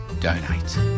donate